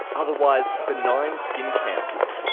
otherwise benign skin cancers,